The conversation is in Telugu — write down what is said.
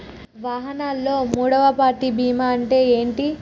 వాహనాల్లో మూడవ పార్టీ బీమా అంటే ఏంటి?